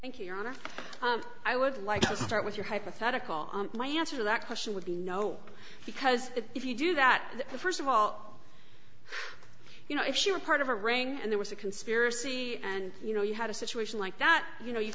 thank you your honor i would like to start with your hypothetical my answer to that question would be no because if you do that st of all you know if you were part of a ring and there was a conspiracy and you know you had a situation like that you know you